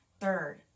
Third